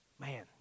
Man